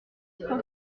être